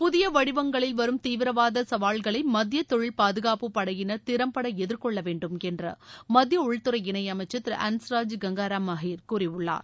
புதிய வடிவங்களில் வரும் தீவிரவாத சவால்களை மத்திய தொழில் பாதுகாப்பு படையினர் திறம்பட எதிர்கொள்ளவேண்டும் என்று மத்திய உள்துறை இணையமைச்சர் திரு ஹன்ஸ்ராஜ் கங்காராம் அஹிர் கூறியுள்ளார்